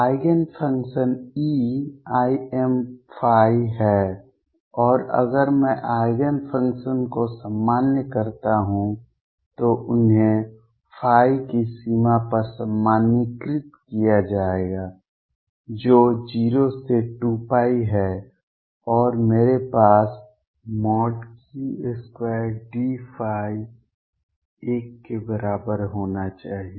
eigen functions eimϕ हैं और अगर मैं आइगेन फंक्शन्स को सामान्य करता हूं तो उन्हें ϕ की सीमा पर सामान्यीकृत किया जाएगा जो 0 से 2 है और मेरे पास Q2dϕ 1 के बराबर होना चाहिए